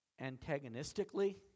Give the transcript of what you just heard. antagonistically